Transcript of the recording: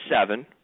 seven